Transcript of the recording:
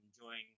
enjoying